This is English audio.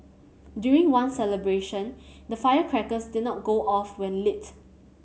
during one celebration the firecrackers did not go off when lit